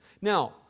Now